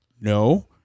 No